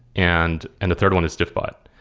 and and the third one is diffbot.